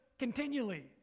continually